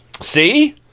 see